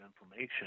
information